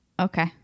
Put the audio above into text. Okay